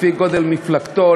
לפי גודל מפלגתו,